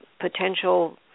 potential